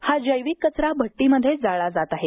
हा जैविक कचरा भट्टीमध्ये जाळला जात आहे